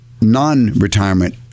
non-retirement